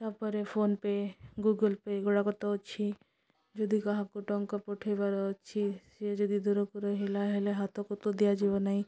ତା'ପରେ PhonePe Google Pay ଏଗୁଡ଼ାକ ତ ଅଛି ଯଦି କାହାକୁ ଟଙ୍କା ପଠେଇବାର ଅଛି ସିଏ ଯଦି ଦୂରକୁ ରହିଲା ହେଲେ ହାତକୁ ତ ଦିଆଯିବ ନାହିଁ